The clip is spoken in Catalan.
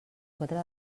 quatre